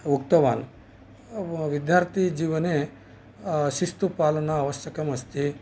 उक्तवान् विद्यार्थिजीवने शिस्तुपालना आवश्यकम् अस्ति